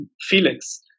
Felix